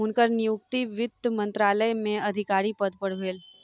हुनकर नियुक्ति वित्त मंत्रालय में अधिकारी पद पर भेल